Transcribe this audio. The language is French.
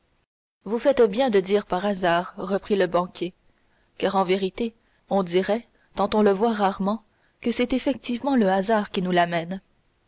vous faites bien de dire par hasard reprit le banquier car en vérité on dirait tant on le voit rarement que c'est effectivement le hasard qui nous l'amène